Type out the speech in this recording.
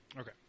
Okay